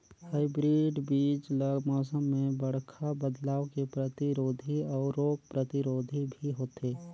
hybrid बीज ल मौसम में बड़खा बदलाव के प्रतिरोधी अऊ रोग प्रतिरोधी भी होथे